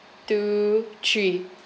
two three